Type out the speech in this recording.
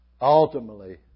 ultimately